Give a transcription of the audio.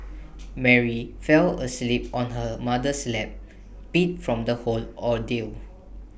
Mary fell asleep on her mother's lap beat from the whole ordeal